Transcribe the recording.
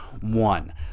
one